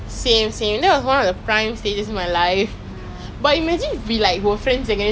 damn fun though like math because my chinese friends all we always like make fun like talk lah